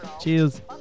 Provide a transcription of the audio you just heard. Cheers